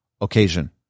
occasion